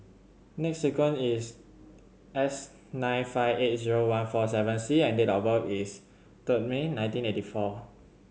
sequence is S nine five eight zero one four seven C and date of birth is third May nineteen eighty four